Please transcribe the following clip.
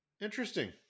Interesting